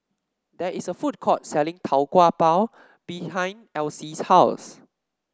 there is a food court selling Tau Kwa Pau behind Alcee's house